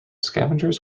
scavengers